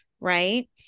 right